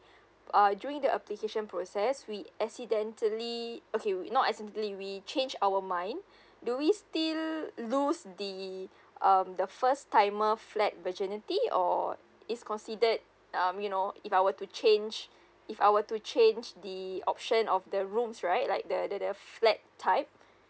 err during the application process we accidentally okay not accidentally we changed our mind do we still lose the um the first timer flat virginity or it's considered um you know if I were to change if I were to change the option of the rooms right like the the the flat type